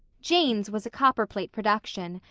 jane's was a copperplate production,